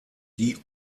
die